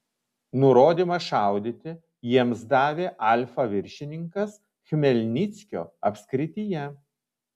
nurodymą šaudyti jiems davė alfa viršininkas chmelnyckio apskrityje